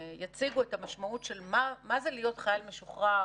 יציגו את המשמעות של מה זה להיות חייל משוחרר